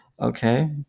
okay